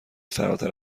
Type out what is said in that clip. فراتر